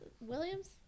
Williams